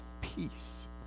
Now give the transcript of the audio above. peace